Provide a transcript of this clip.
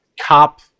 cop